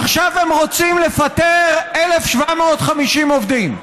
עכשיו הם רוצים לפטר 1,750 עובדים.